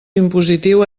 impositiu